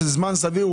שזה זמן סביר,